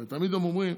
הרי תמיד הם אומרים: